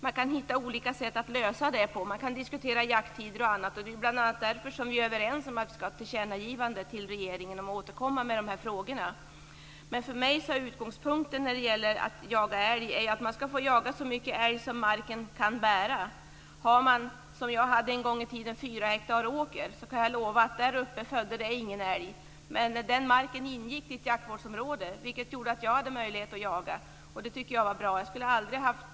Man kan hitta olika sätt att lösa det. Man kan diskutera jakttider och annat, och det är bl.a. därför vi är överens om att vi ska göra ett tillkännagivande till regeringen om att återkomma med dessa frågor. För mig är utgångspunkten att man ska få jaga så mycket älg som marken kan bära. Jag hade en gång i tiden fyra hektar åker. Jag kan lova att de inte födde någon älg. Men den marken ingick i ett jaktvårdsområde, vilket gjorde att jag hade möjlighet att jaga. Det tycker jag var bra.